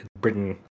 Britain